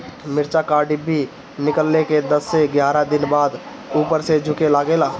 मिरचा क डिभी निकलले के दस से एग्यारह दिन बाद उपर से झुके लागेला?